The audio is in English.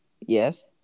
yes